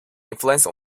influence